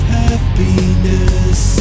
happiness